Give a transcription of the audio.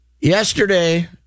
yesterday